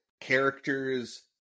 characters